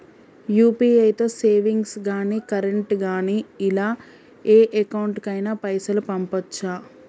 UPI తో savings గాని current గాని ఇలా ఏ అకౌంట్ కైనా పైసల్ పంపొచ్చా?